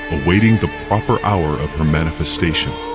awaiting the proper hour of her manifestation!